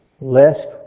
Lest